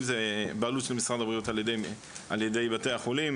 אם זה בעלות של משרד הבריאות על ידי בתי החולים